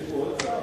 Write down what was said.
יש פה עוד שר?